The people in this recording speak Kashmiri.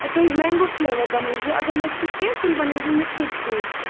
تُہۍ مینٛگو فُلیور بَنٲوزیٚو اگر نہٕ سُہ کیٚنٛہہ تیٚلہِ بَنٲوزیٚو مِکسٕڈ فرٛوٗٹ